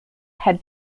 had